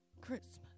Christmas